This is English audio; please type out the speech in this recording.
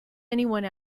anyone